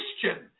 Christian